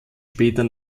später